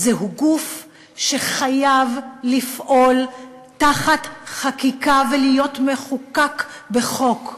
זהו גוף שחייב לפעול תחת חקיקה ולהיות מחוקק בחוק.